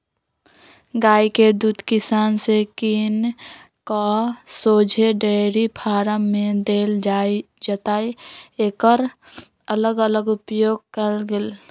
गाइ के दूध किसान से किन कऽ शोझे डेयरी फारम में देल जाइ जतए एकर अलग अलग उपयोग कएल गेल